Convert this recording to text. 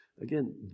Again